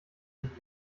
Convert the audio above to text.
sich